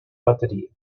bateria